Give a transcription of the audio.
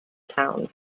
town